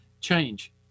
change